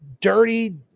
dirty